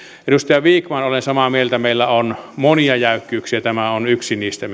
edustaja vikman olen samaa mieltä meillä on monia jäykkyyksiä ja tämä minkä mainitsitte on yksi niistä